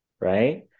right